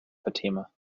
fatima